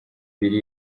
biri